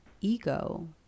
ego